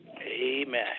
Amen